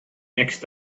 next